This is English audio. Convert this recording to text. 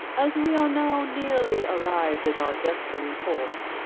as we are now nearly arrived at our destined port,